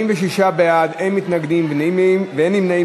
46 בעד, אין מתנגדים ואין נמנעים.